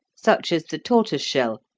such as the tortoise-shell,